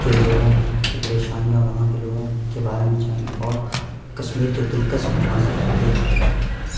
کے لوگوں کی پریشانیاں وہاں کے لوگوں کے بارے میں جانے اور کشمیر کے دلکش مناظر کو دیکھ سکیں